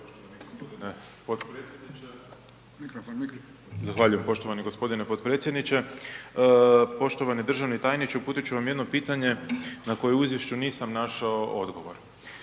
Zahvaljujem poštovani gospodine potpredsjedniče. Poštovani državni tajniče. Uputit ću vam jedno pitanje na koje u izvješću nisam našao odgovor.